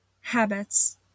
habits